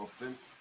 Offense